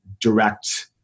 direct